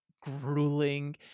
grueling